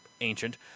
ancient